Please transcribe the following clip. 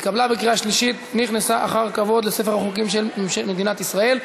התקבלה בקריאה שלישית ונכנסה אחר כבוד לספר החוקים של מדינת ישראל.